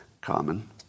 common